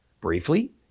Briefly